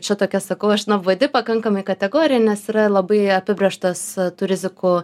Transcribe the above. čia tokia sakau aš nuobodi pakankamai kategorija nes yra labai apibrėžtas tų rizikų